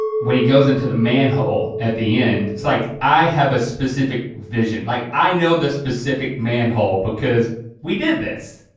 when he goes into the manhole at the end, it's like i have a specific vision, like i know the specific manhole because we did this,